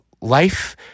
life